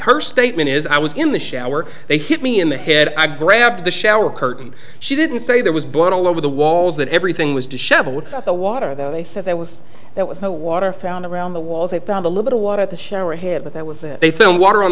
her statement is i was in the shower they hit me in the head i grabbed the shower curtain she didn't say there was blood all over the walls that everything was disheveled the water that they said that with that with no water found around the walls they found a little water at the shower head but that was that they fill water on